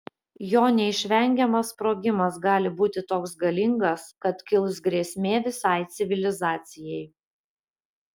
jo neišvengiamas sprogimas gali būti toks galingas kad kils grėsmė visai civilizacijai